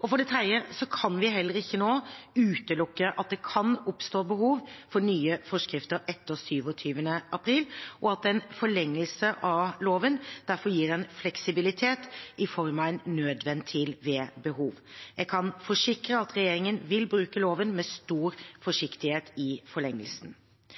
For det tredje kan vi heller ikke nå utelukke at det kan oppstå behov for nye forskrifter etter 27. april, og at en forlengelse av loven derfor gir en fleksibilitet i form av en nødventil ved behov. Jeg kan forsikre at regjeringen vil bruke loven med stor forsiktighet i forlengelsen.